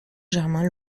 germain